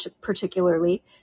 particularly